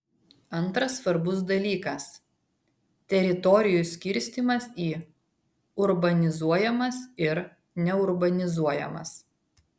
antras svarbus dalykas teritorijų skirstymas į urbanizuojamas ir neurbanizuojamas